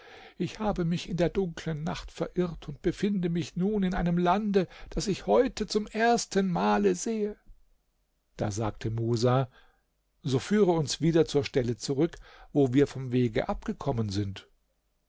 ich habe mich in der dunklen nacht verirrt und befinde mich nun in einem lande das ich heute zum ersten male sehe da sagte musa so führe uns wieder zur stelle zurück wo wir vom wege abgekommen sind